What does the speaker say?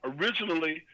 Originally